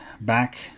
back